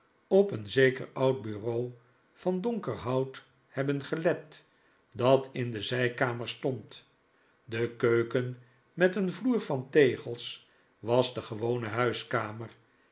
op een zeker oud bureau van donker hout hebben gelet dat in de zijkamer stond de keuken met een vloer van tegels was de gewone huiskamer